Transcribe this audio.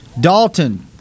Dalton